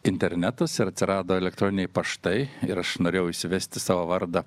internetas ir atsirado elektroniniai paštai ir aš norėjau įsivesti savo vardą